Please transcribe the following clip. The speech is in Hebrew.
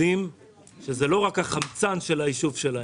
יודעים שזה לא רק החמצן של היישוב שלהם,